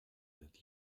that